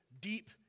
deep